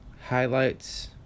highlights